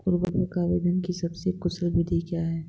उर्वरक आवेदन की सबसे कुशल विधि क्या है?